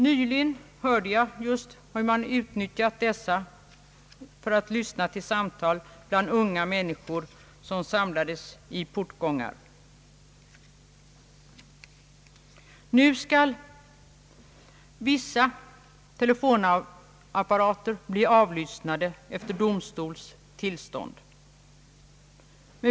Nyligen hörde jag att man utnyttjat sådana för att lyssna till samtal bland unga människor som samlades i portgångar. Nu skall vissa telefonapparater bli avlyssnade efter domstols tillstånd.